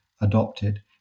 adopted